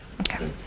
Okay